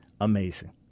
amazing